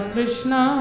Krishna